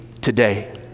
today